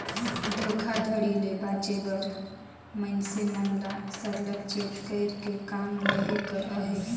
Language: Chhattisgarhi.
धोखाघड़ी ले बाचे बर मइनसे मन ल सरलग चेत कइर के काम लेहे कर अहे